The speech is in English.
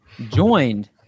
joined